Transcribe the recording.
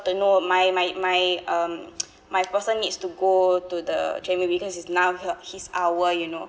to know my my my um my person needs to go to the treadmill because is now her his hour you know